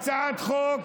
הצעת חוק